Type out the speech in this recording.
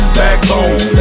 backbone